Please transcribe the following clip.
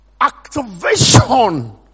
Activation